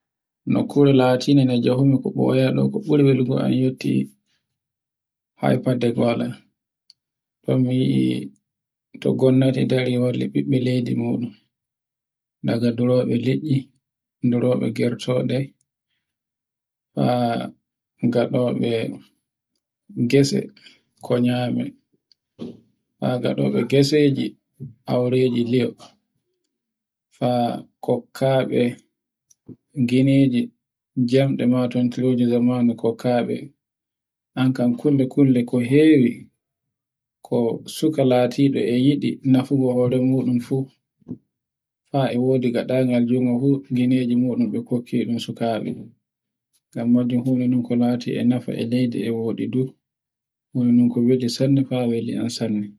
nde kure latinde jehumi ko boya buri welgo am yotti hayfadde bola. Ɗo mi yie to gomnati dari holli ɓeɓɓe leydi muɗun, daga duroɓe licci, dureɓe gertode haa ngaɗobe, gese ko nyami. Haa ngaɗo be ngeseji aureji lio haa, kokkaɓe gineji, jamɗe matintiroɗe zamanu kokkaɓe, an kan kulle-kulle ko hewo ko suka laatiɓe e yiɗi nofo hore muɗum faa e wodi ngaɗangal ɓe kokke ɗun sukaɓe, ngammajum fu ko lati ko nafe e lyde e woɗi ko wale fa weli an sanne